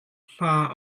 hma